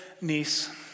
niece